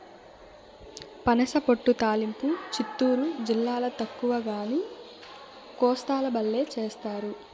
పనసపొట్టు తాలింపు చిత్తూరు జిల్లాల తక్కువగానీ, కోస్తాల బల్లే చేస్తారు